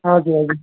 हजुर हजुर